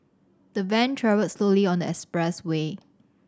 the van travelled slowly on the expressway